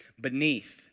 beneath